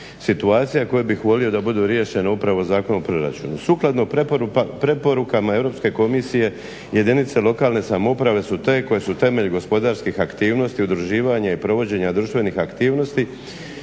situacije koje bih volio da budu riješene upravo Zakonom o proračunu. Sukladno preporukama Europske komisije jedinice lokalne samouprave su te koje su temelj gospodarskih aktivnosti, udruživanja i provođenja društvenih aktivnosti